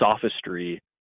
sophistry